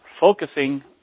focusing